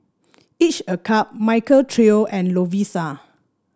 each a cup Michael Trio and Lovisa